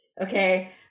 Okay